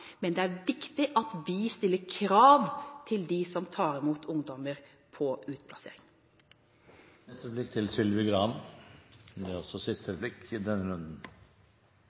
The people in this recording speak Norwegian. men det er viktig at vi stiller krav til dem som tar imot ungdommer på utplassering.